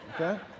Okay